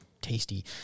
tasty